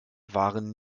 waren